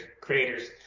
creators